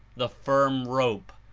the firm rope,